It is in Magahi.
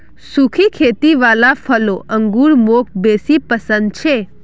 सुखी खेती वाला फलों अंगूर मौक बेसी पसन्द छे